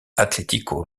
atlético